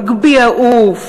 מגביה עוף,